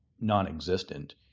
non-existent